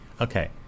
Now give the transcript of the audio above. okay